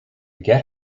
get